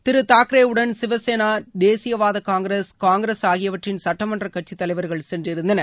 திரு தாக்கரேவுடன் சிவசேனா தேசியவாத காங்கிரஸ் காங்கிரஸ் ஆகியவற்றின் சட்டமன்ற கட்சி தலைவர்கள் சென்றிருந்தனர்